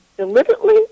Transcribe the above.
Deliberately